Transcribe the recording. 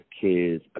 kids